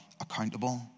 accountable